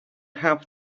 have